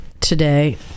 today